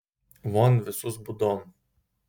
von visus būdon